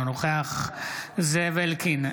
אינו נוכח זאב אלקין,